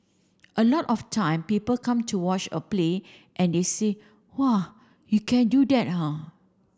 a lot of time people come to watch a play and they say whoa you can do that ah